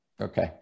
Okay